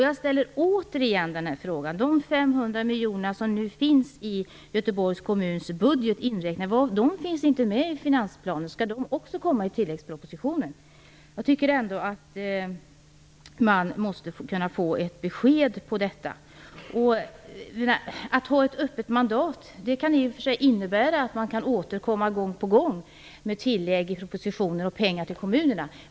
Jag ställer återigen frågan: De 500 miljoner som nu finns inräknade i Göteborgs kommuns budget, de finns inte med i finansplanen. Skall också dessa komma i kompletteringspropositionen? Jag tycker ändå att man borde kunna få ett besked om detta. Att ha ett öppet mandat kan innebära att man kan återkomma gång på gång med tilläggspropositioner och pengar till kommunerna.